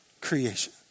creation